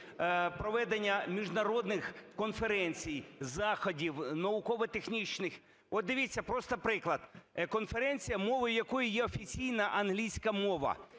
проведення міжнародних конференцій, заходів, науково-технічних. От, дивіться, просто приклад. Конференція, мовою якої є офіційна англійська мова,